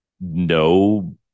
No